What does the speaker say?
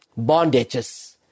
bondages